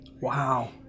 Wow